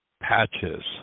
Patches